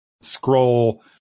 scroll